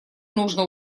нужно